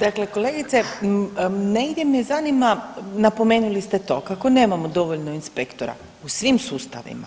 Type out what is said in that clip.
Dakle, kolegice negdje me zanima, napomenuli ste to, kako ne nemamo dovoljno inspektora u svim sustavima,